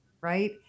Right